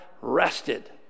rested